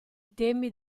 temi